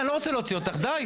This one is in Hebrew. לא רוצה לשמוע הצעה.